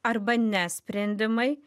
arba ne sprendimai